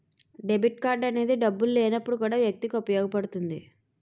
debit card అనేది డబ్బులు లేనప్పుడు కూడా వ్యక్తికి ఉపయోగపడుతుంది